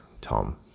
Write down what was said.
Tom